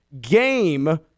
game